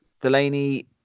Delaney